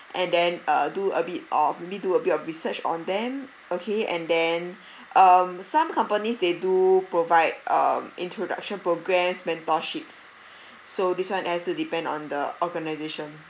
and then uh do a bit or maybe do a bit of research on them okay and then um some companies they do provide um introduction programmes mentorship so this one has to depend on the organisation